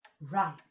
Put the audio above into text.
Right